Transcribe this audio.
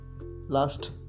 last